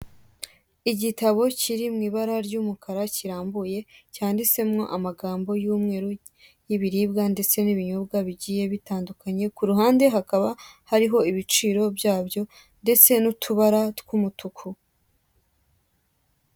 Igitabo kiri mu ibara ry'umukara kirambuye cyanditsemo amagambo y'umweru y'ibiribwa ndetse n'ibinyobwa bigiye bitandukanye ku ruhande hakaba hari ibicirio byabyo ndetse n'utubara tw'umutuku.